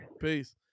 Peace